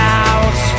out